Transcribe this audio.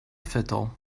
fiddle